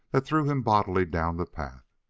that threw him bodily down the path.